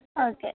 okay